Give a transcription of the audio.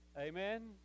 Amen